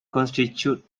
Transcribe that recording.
constitute